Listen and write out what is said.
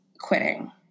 quitting